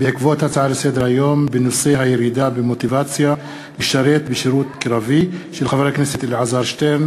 בעקבות דיון בהצעה לסדר-היום של חבר הכנסת אלעזר שטרן